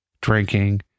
Drinking